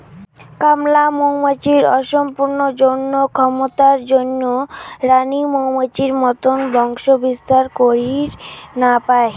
কামলা মৌমাছির অসম্পূর্ণ যৌন ক্ষমতার জইন্যে রাণী মৌমাছির মতন বংশবিস্তার করির না পায়